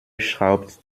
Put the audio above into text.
schraubt